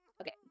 okay